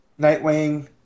Nightwing